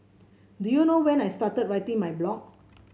do you know when I started writing my blog